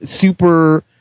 super